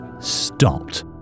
stopped